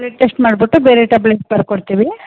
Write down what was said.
blood test ಮಾಡಿಬಿಟ್ಟು ಬೇರೆ tablet ಬರ್ಕೊಡ್ತೀವಿ